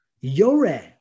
Yore